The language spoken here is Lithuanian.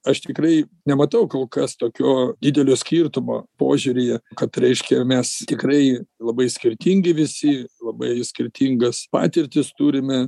aš tikrai nematau kol kas tokio didelio skirtumo požiūryje kad reiškia mes tikrai labai skirtingi visi labai skirtingas patirtis turime